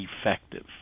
effective